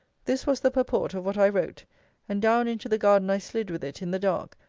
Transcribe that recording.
this was the purport of what i wrote and down into the garden i slid with it in the dark,